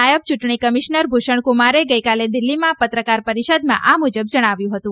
નાયબ ચૂંટણી કમિશનર ભુષણકુમારે ગઇકાલે દિલ્હીમાં પત્રકાર પરિષદમાં આ મુજબ જણાવ્યું હતું